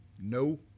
no